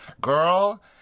girl